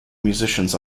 musicians